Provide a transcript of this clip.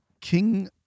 king